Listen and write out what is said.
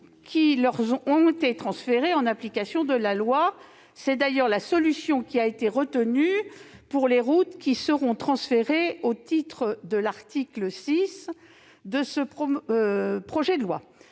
qui leur ont été transférées en application de la loi. C'est d'ailleurs la solution qui a été retenue pour les routes qui seront transférées au titre de l'article 6 de ce projet de loi.